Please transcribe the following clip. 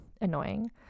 annoying